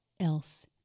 else